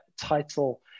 title